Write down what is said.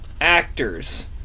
Actors